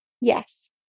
Yes